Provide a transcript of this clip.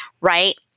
right